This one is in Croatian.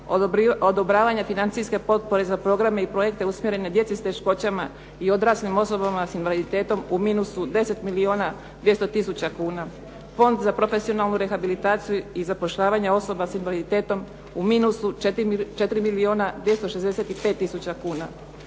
odobravanje financijske potpore za programe i projekte usmjerene djeci s teškoćama i odraslim osobama s invaliditetom u minusu 10 milijuna 200 tisuća kuna, Fond za profesionalnu rehabilitaciju i zapošljavanje osoba s invaliditetom u minusu 4 milijuna 265 tisuća kuna,